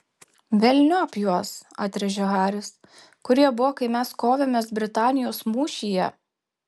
velniop juos atrėžė haris kur jie buvo kai mes kovėmės britanijos mūšyje